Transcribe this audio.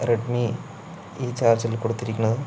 Redmi ഈ ചാർജ്ജറിൽ കൊടുത്തിരിക്കുന്നത്